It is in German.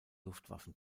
luftwaffen